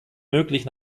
möglich